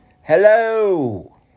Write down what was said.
hello